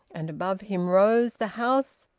and above him rose the house,